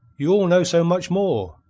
you all know so much more.